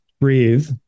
breathe